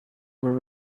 were